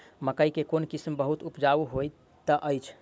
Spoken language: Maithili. मकई केँ कोण किसिम बहुत उपजाउ होए तऽ अछि?